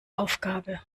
aufgabe